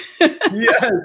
Yes